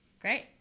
Great